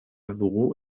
dugu